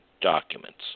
documents